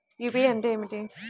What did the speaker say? UPI అంటే ఏమిటీ?